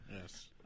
Yes